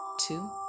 two